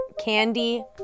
Candy